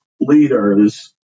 leaders